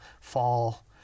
fall